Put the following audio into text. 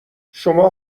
شما